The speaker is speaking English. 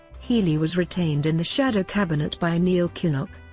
healey was retained in the shadow cabinet by neil kinnock,